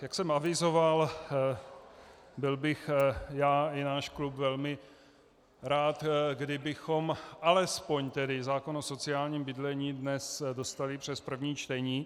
Jak jsem avizoval, byl bych já i náš klub velmi rád, kdybychom alespoň tedy zákon o sociálním bydlení dnes dostali přes první čtení.